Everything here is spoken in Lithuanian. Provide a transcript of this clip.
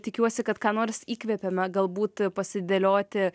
tikiuosi kad ką nors įkvėpėme galbūt pasidėlioti